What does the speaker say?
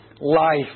life